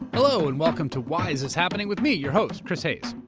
hello and welcome to why is this happening with me, your host chris hayes.